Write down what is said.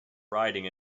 riding